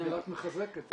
אני רק מחזק את זה.